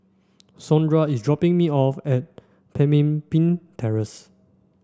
Saundra is dropping me off at Pemimpin Terrace